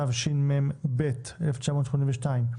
התשמ"ב-1982,